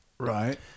Right